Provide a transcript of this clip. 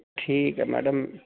ਠੀਕ ਹੈ ਮੈਡਮ